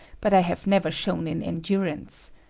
but i have never shone in endurance.